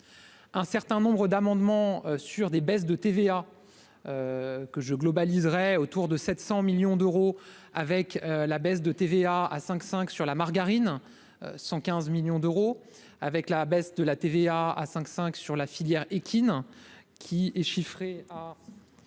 un certain nombre d'amendements sur des baisses de TVA que je globalisera autour de 700 millions d'euros avec la baisse de TVA à 5 5 sur la margarine 115 millions d'euros avec la baisse de la TVA à 5 5 sur la filière équine qui est chiffré à